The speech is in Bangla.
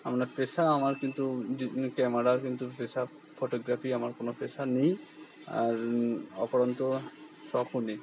আমার পেশা আমার কিন্তু ক্যামেরা কিন্তু পেশা ফটোগ্রাফি আমার কোনো পেশা নেই আর অপরন্তু শখও নেই